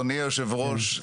אדוני יושב הראש,